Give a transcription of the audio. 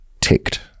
ticked